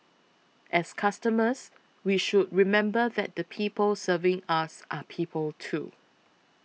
as customers we should remember that the people serving us are people too